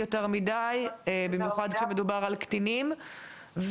במיוחד כשמדובר על קטינים.